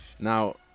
Now